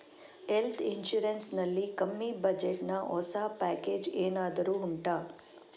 health insurance ನಲ್ಲಿ ಕಮ್ಮಿ budget ನ ಹೊಸ ಪ್ಯಾಕೇಜ್ ಏನಾದರೂ ಉಂಟಾ